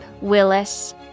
Willis